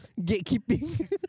Gatekeeping